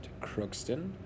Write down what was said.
Crookston